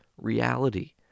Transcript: reality